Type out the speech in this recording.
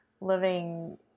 living